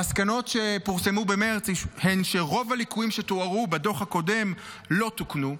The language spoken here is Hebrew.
המסקנות שפורסמו במרץ הן שרוב הליקויים שתוארו בדוח הקודם לא תוקנו,